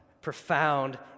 profound